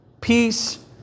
peace